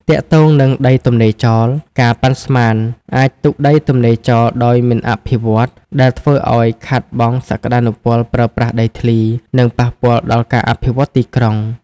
ទាក់ទងនិងដីទំនេរចោល ការប៉ាន់ស្មានអាចទុកដីទំនេរចោលដោយមិនអភិវឌ្ឍន៍ ដែលធ្វើឲ្យខាតបង់សក្តានុពលប្រើប្រាស់ដីធ្លី និងប៉ះពាល់ដល់ការអភិវឌ្ឍទីក្រុង។